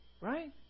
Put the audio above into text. right